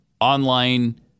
online